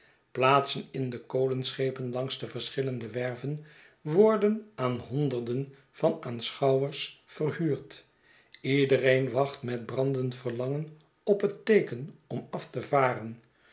plaatsen in de kolenschepen langs de verschillende werven worden aan honderden van aanschouwers verhuurd iedereen wacht met brandend verlangen op het teeken om af te varen